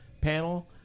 panel